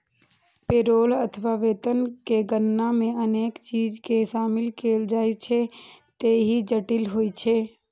payroll अथवा वेतन के गणना मे अनेक चीज कें शामिल कैल जाइ छैं, ते ई जटिल होइ छै